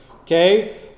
Okay